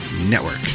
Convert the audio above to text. Network